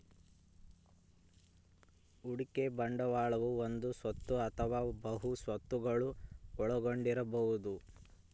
ಹೂಡಿಕೆ ಬಂಡವಾಳವು ಒಂದೇ ಸ್ವತ್ತು ಅಥವಾ ಬಹು ಸ್ವತ್ತುಗುಳ್ನ ಒಳಗೊಂಡಿರಬೊದು